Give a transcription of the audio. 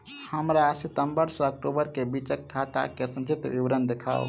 हमरा सितम्बर सँ अक्टूबर केँ बीचक खाता केँ संक्षिप्त विवरण देखाऊ?